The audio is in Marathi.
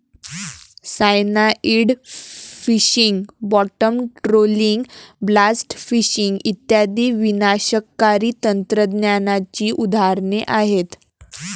cyanide fishing, bottom trawling, blast fishing इत्यादी विनाशकारी तंत्रज्ञानाची उदाहरणे आहेत